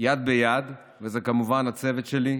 יד ביד, וזה כמובן הצוות שלי,